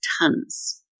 tons